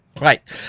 Right